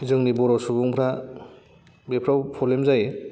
जोंनि बर' सुबुंफ्रा बेफोराव प्रब्लेम जायो